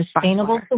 sustainable